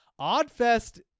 Oddfest